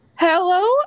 hello